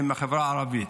הם מהחברה הערבית.